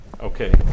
Okay